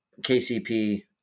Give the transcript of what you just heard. KCP